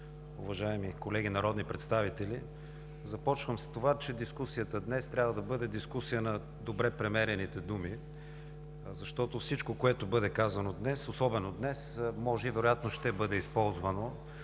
уважаеми колеги народни представители! Започвам с това, че дискусията днес трябва да бъде дискусия на добре премерените думи, защото всичко, което бъде казано днес, особено днес – може и вероятно ще бъде използвано,